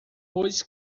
pois